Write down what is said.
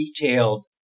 detailed